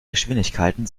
geschwindigkeiten